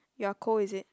you are cold is it